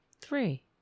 three